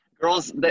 Girls